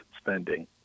spending